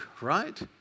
right